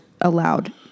allowed